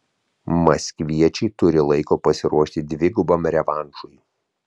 maskviečiai turi laiko pasiruošti dvigubam revanšui